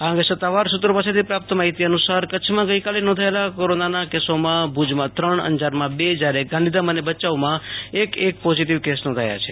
આ અંગે સત્તાવાર સુત્રો પાસેથી પ્રાપ્ત માહિતી અનુસાર કચ્છમાં ગઈકાલે નોંધાયેલા કોરોનાના કેસોમાં ભુજમાં ત્રણ અંજારમાં બે જયારે ગાંધીધામ અને ભયાઉમાં એક એક પોઝીટીવ કેસ નોંધાયા છે